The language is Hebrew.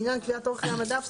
לעניין קביעת אורך חיי המדף?